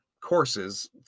courses